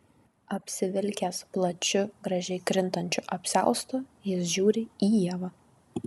apsivilkęs plačiu gražiai krintančiu apsiaustu jis žiūri į ievą